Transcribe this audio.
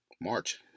March